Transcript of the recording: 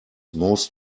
most